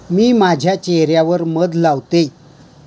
मी माझ्या चेह यावर मध लावते